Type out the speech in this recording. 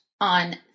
on